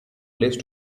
place